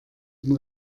und